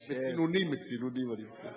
מצינונים, מצינונים, אני מתכוון.